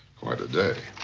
quite a day.